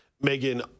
Megan